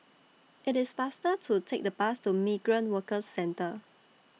IT IS faster to Take The Bus to Migrant Workers Centre